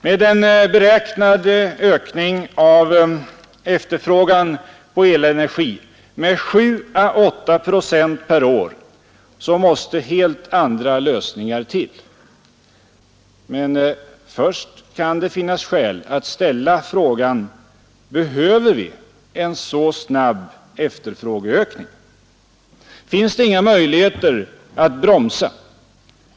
Med en beräknad ökning av efterfrågan på elenergi med 7 å 8 procent per år måste helt andra lösningar till. Men först kan det finnas skäl att ställa frågan: Behöver vi en så snabb efterfrågeökning? Finns det inga möjligheter att bromsa?